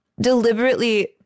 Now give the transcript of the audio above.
deliberately